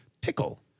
pickle